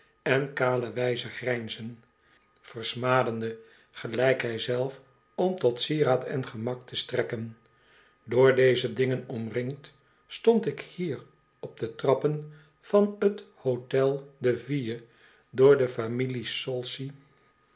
en kale wijze grijnzen versmadende gelijk hij zelf om tot sieraad en gemak te strekken door deze dingen omringd stond ik hier op de trappen van t hotel de ville door de familie